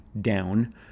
down